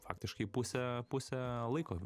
faktiškai pusę pusę laiko